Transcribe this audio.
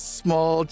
small